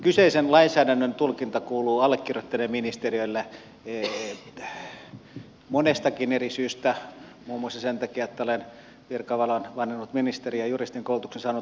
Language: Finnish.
kyseisen lainsäädännön tulkinta kuuluu allekirjoittaneen ministeriölle monestakin eri syystä muun muassa sen takia että olen virkavalan vannonut ministeri ja juristin koulutuksen saanut